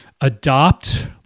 adopt